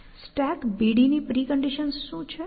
stackBD ની preconditions શું છે